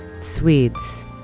Swedes